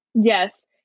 Yes